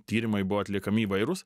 tyrimai buvo atliekami įvairūs